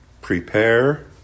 Prepare